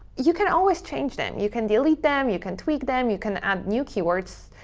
you can always change them. you can delete them. you can tweak them. you can add new keywords.